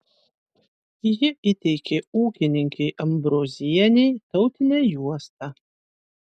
ji įteikė ūkininkei ambrozienei tautinę juostą